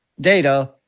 data